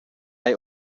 they